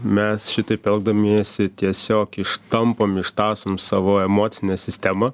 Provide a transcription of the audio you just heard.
mes šitaip elgdamiesi tiesiog ištampom ištąsom savo emocinę sistemą